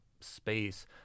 space